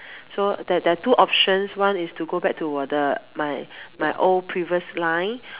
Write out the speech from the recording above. so there there're two options one is to go back to 我的 my my old previously line